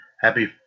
Happy